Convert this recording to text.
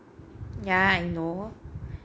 ya I know